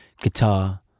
guitar